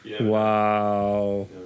Wow